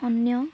ଅନ୍ୟ